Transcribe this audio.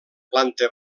planta